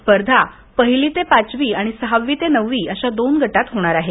स्पर्धा पहिली ते पाचवी आणि सहावी ते नववी अशा दोन गटात होणार आहे